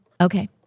Okay